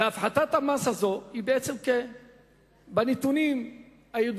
והפחתת המס הזאת היא כ-3 מיליארדי שקלים בנתונים הידועים,